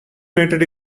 nitrate